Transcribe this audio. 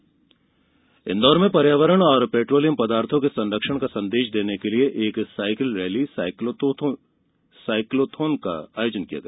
cycle rally Indore में पर्यावरण और पेट्रोलियम पदार्थों के संरक्षण का संदेश देने के लिए कल साइकिल रैली साइक्लोथोन का आयोजन किया गया